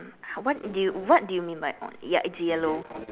how what what do you mean by on ya it's yellow